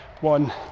one